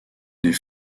les